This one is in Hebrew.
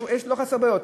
יש, לא חסרות בעיות.